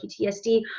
PTSD